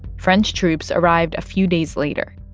french troops arrived a few days later